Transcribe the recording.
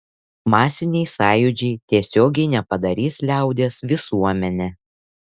masiniai sąjūdžiai tiesiogiai nepadarys liaudies visuomene